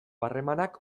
harremanak